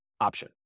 option